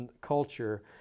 culture